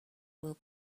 will